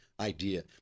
Idea